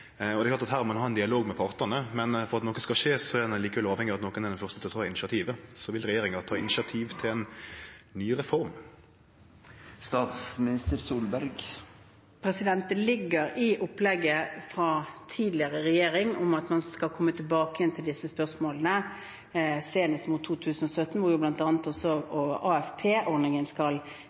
og betydelege innelåsingseffektar. Det er klart at her må ein ha ein dialog med partane, men for at noko skal skje, er ein likevel avhengig av at nokon er den første til å ta initiativet. Så vil regjeringa ta initiativ til ei ny reform? Det ligger i opplegget fra forrige regjering at man skal komme tilbake til disse spørsmålene senest i 2017, hvor det bl.a. også skal